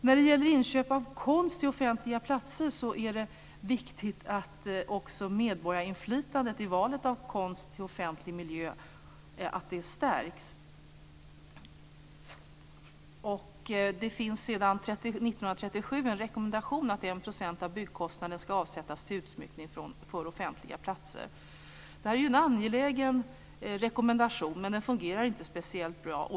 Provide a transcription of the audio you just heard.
När det gäller inköp av konst till offentliga platser är det viktigt att också medborgarinflytandet i valet av konst till offentlig miljö stärks. Det finns sedan 1937 en rekommendation att 1 % av byggkostnaden ska avsättas för utsmyckning av offentliga platser. Det är en angelägen rekommendation, men den fungerar inte speciellt bra.